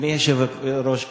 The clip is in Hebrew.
אדוני היושב-ראש,